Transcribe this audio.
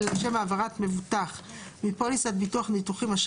אלא לשם העברת מבוטח מפוליסת ביטוח ניתוחים